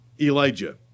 Elijah